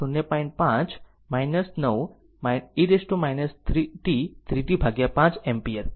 5 9 e t 3 t5 ampere